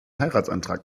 heiratsantrag